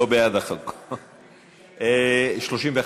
התשע"ה 2015, לוועדת החוקה, חוק ומשפט נתקבלה.